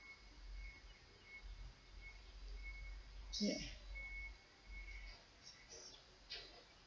ya